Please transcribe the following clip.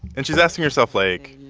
and she's asking herself, like,